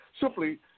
simply